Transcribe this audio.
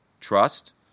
Trust